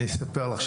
אני אספר לך.